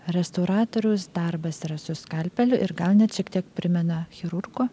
restauratoriaus darbas yra su skalpeliu ir gal net šiek tiek primena chirurgo